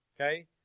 Okay